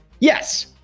yes